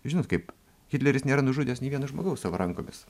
žinot kaip hitleris nėra nužudęs nė vieno žmogaus savo rankomis